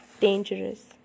Dangerous